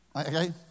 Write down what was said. Okay